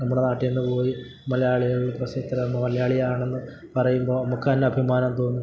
നമ്മുടെ നാട്ടിൽനിന്ന് പോയി മലയാളികൾ പ്രസിദ്ധരെന്ന് മലയാളിയാണെന്ന് പറയുമ്പോൾ നമുക്കുതന്നെ അഭിമാനം തോന്നും